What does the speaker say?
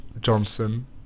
Johnson